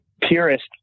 purest